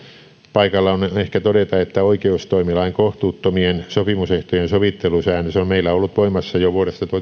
paikallaan on ehkä todeta että oikeustoimilain kohtuuttomien sopimusehtojen sovittelusäännös on meillä ollut voimassa jo vuodesta